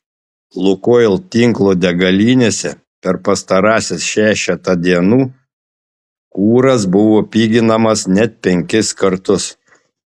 lukoil tinklo degalinėse per pastarąsias šešetą dienų kuras buvo piginamas net penkis kartus